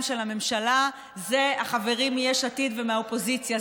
של הממשלה זה החברים מיש עתיד ומהאופוזיציה.